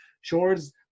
shores